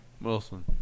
Wilson